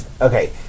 Okay